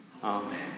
Amen